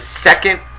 second